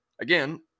Again